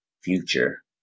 future